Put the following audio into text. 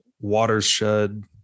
watershed